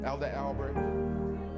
Albert